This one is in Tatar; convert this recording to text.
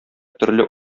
төрле